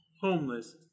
homeless